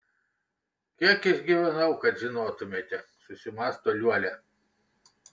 kiek išgyvenau kad žinotumėte susimąsto liuolia